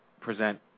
present